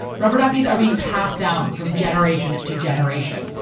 rubber duckies are being passed down from generation to generation.